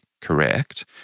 correct